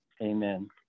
Amen